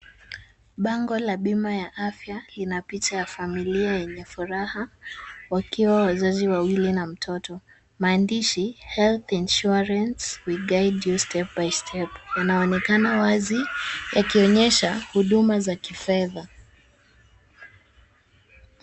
Bango la bima ya afya ina picha ya familia yenye furaha, wakiwa wazazi wawili na mtoto. Maandishi, health insurance we guide you step by step . Inaonekana wazi yakionyesha huduma za kifedha.